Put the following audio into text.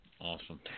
Awesome